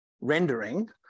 rendering